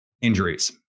injuries